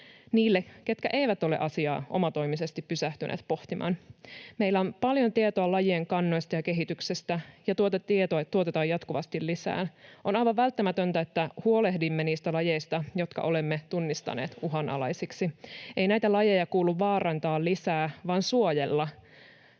niille, ketkä eivät ole asiaa omatoimisesti pysähtyneet pohtimaan. Meillä on paljon tietoa lajien kannoista ja kehityksestä, ja tuota tietoa tuotetaan jatkuvasti lisää. On aivan välttämätöntä, että huolehdimme niistä lajeista, jotka olemme tunnistaneet uhanalaisiksi. Ei näitä lajeja kuulu vaarantaa lisää, vaan suojella.